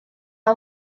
del